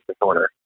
disorder